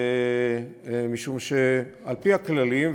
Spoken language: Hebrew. משום שעל-פי הכללים,